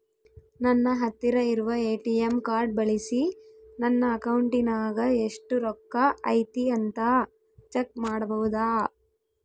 ನನ್ನ ಹತ್ತಿರ ಇರುವ ಎ.ಟಿ.ಎಂ ಕಾರ್ಡ್ ಬಳಿಸಿ ನನ್ನ ಅಕೌಂಟಿನಾಗ ಎಷ್ಟು ರೊಕ್ಕ ಐತಿ ಅಂತಾ ಚೆಕ್ ಮಾಡಬಹುದಾ?